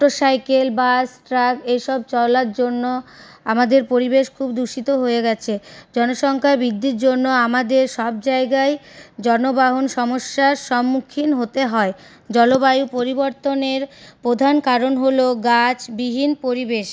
motor cycle bus truck এসব চলার জন্য আমাদের পরিবেশ খুব দূষিত হয়ে গেছে জনসংখ্যা বৃদ্ধির জন্য আমাদের সব জায়গায় জনবাহন সমস্যার সম্মুখীন হতে হয় জলবায়ু পরিবর্তনের প্রধান কারণ হল গাছবিহীন পরি